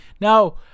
Now